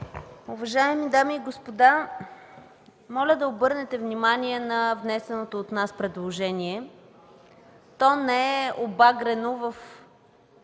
Уважаеми дами и господа, моля да обърнете внимание на внесеното от нас предложение. (Съскане от